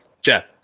Jeff